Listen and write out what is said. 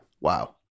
Wow